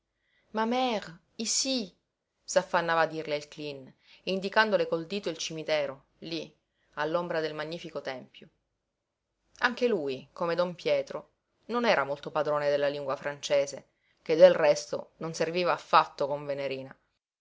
ma mère ici s'affannava a dirle il cleen indicandole col dito il cimitero lí all'ombra del magnifico tempio anche lui come don pietro non era molto padrone della lingua francese che del resto non serviva affatto con venerina